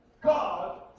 God